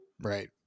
Right